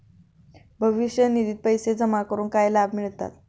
भविष्य निधित पैसे जमा करून काय लाभ मिळतात?